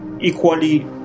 Equally